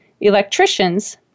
electricians